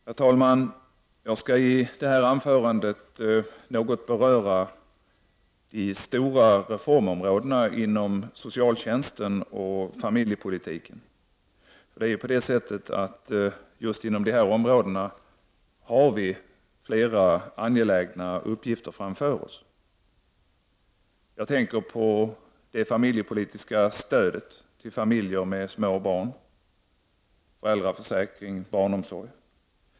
Herr talman! Jag skall i det här anförandet något beröra de stora reformområdena inom socialtjänsten och familjepolitiken. Just inom de områdena har vi flera angelägna uppgifter framför oss. Jag tänker på det familjepolitiska stödet till familjer med små barn, föräldraförsäkring och barnomsorg.